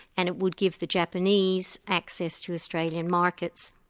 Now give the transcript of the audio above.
and it would give the japanese access to australian markets.